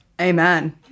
Amen